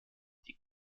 die